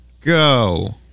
go